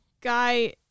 guy